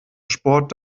sport